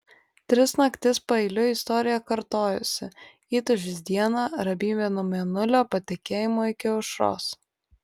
tris naktis paeiliui istorija kartojosi įtūžis dieną ramybė nuo mėnulio patekėjimo iki aušros